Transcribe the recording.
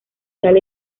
tal